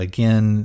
Again